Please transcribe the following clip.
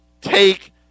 take